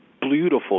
beautiful